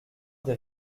des